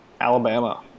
Alabama